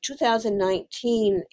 2019